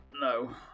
No